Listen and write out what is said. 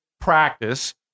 practice